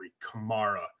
Kamara